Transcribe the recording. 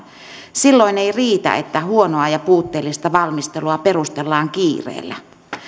silloin ei riitä että huonoa ja puutteellista valmistelua perustellaan kiireellä